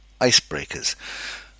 icebreakers